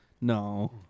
No